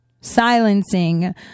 silencing